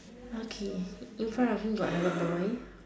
okay in front of him got another boy